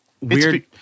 weird